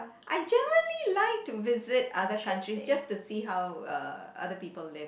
I generally like to visit other countries just to see how uh other people live